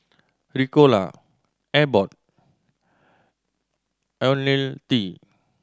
Ricola Abbott Ionil T